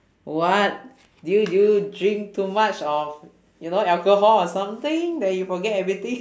what do you do you drink too much of you know alcohol or something that you forget everything